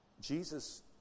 Jesus